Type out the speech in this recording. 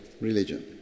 religion